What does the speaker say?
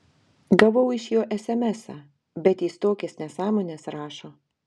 gavau iš jo esemesą bet jis tokias nesąmones rašo